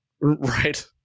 Right